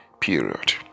period